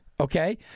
Okay